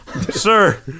Sir